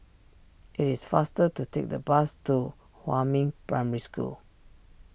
it is faster to take the bus to Huamin Primary School